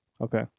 Okay